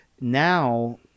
Now